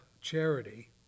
charity